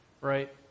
Right